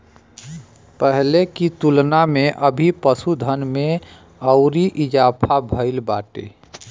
पहिले की तुलना में अभी पशुधन में अउरी इजाफा भईल बाटे